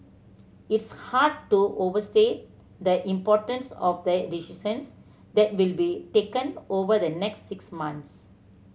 it's hard to overstate the importance of the decisions that will be taken over the next six months